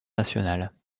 nationale